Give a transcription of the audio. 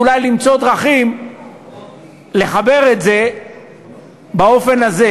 ואולי למצוא דרכים לחבר את זה באופן הזה.